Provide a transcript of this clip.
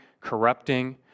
corrupting